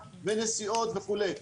בנסיעות וכולי.